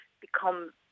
become